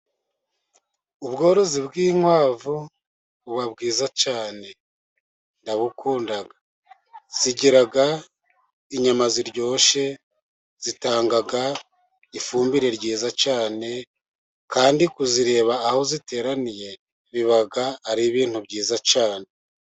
Ubworozi bw'inkwavu buba bwiza cyane ndabukunda. Zigira inyama ziryoshye, zitanga ifumbire nziza cyane, kandi kuzireba aho ziteraniye biba ari ibintu byiza cyane.